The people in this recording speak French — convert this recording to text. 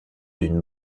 d’une